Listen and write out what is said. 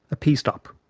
a pee stop.